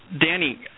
Danny